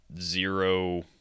zero